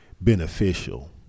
beneficial